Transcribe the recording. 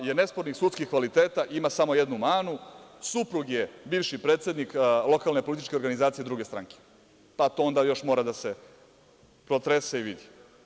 Četvrta je nespornih sudskih kvaliteta i ima samo jednu manu - suprug je bivši predsednik lokalne političke organizacije druge stranke, pa to još mora da se protrese i vidi.